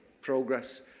progress